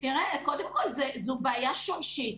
קודם כל זו בעיה שורשית.